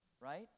right